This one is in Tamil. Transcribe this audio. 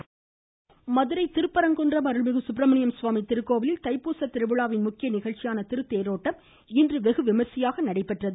மதுரை கோவில் மதுரை திருப்பரங்குன்றம் அருள்மிகு சுப்ரமணியசுவாமி திருக்கோவிலில் தைப்பூச திருவிழாவின் முக்கிய நிகழ்ச்சியான திருத்தேரோட்டம் இன்று வெகு விமரிசையாக நடைபெற்றது